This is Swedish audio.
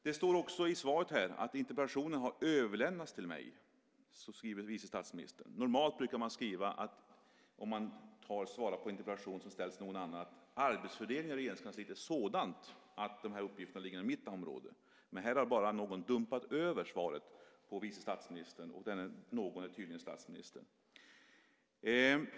Det står också i svaret att interpellationen "har överlämnats till mig". Så skriver vice statsministern. Normalt brukar ett statsråd som svarar på en interpellation som ställts till någon annan skriva att "arbetsfördelningen i Regeringskansliet är så fördelat" att dessa uppgifter ligger inom mitt område. Här har bara någon dumpat svaret på vice statsministern, och denna någon är tydligen statsministern.